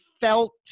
felt